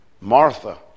Martha